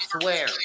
swear